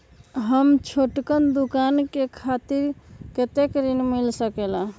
हम छोटकन दुकानदार के खातीर कतेक ऋण मिल सकेला?